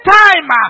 time